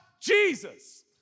Jesus